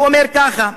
הוא אומר ככה,